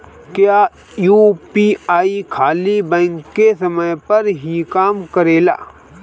क्या यू.पी.आई खाली बैंक के समय पर ही काम करेला?